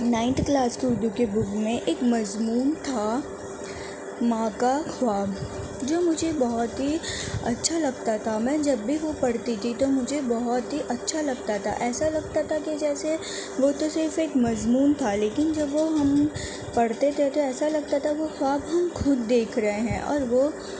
ninth class کے اردو کے book میں ایک مضمون تھا ماں کا خواب جو مجھے بہت ہی اچھا لگتا تھا میں جب بھی وہ پڑھتی تھی تو مجھے بہت ہی اچھا لگتا تھا ایسا لگتا تھا کہ جیسے وہ تو صرف ایک مضمون تھا لیکن جب وہ ہم پڑھتے تھے تو ایسا لگتا تھا کہ وہ خواب ہم خود دیکھ رہے ہیں اور وہ